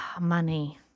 Money